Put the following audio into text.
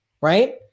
right